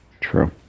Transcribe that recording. True